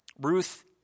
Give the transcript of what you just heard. Ruth